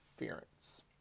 interference